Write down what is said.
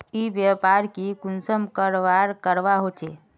ई व्यापार की कुंसम करवार करवा होचे?